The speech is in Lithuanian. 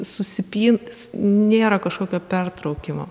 susipyn s nėra kažkokio pertraukimo